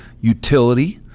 utility